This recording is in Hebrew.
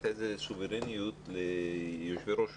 הייתה שם סוברניות ליושבי-ראש